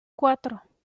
cuatro